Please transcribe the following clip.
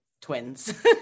twins